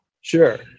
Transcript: Sure